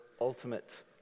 ultimate